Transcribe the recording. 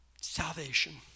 salvation